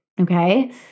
Okay